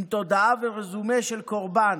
עם תודעה ורזומה של קורבן,